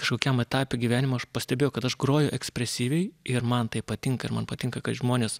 kažkokiam etape gyvenimo aš pastebėjau kad aš groju ekspresyviai ir man tai patinka ir man patinka kai žmonės